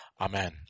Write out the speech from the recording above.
Amen